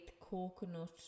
coconut